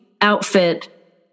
outfit